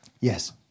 Yes